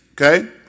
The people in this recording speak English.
Okay